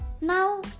Now